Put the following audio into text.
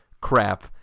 crap